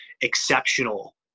exceptional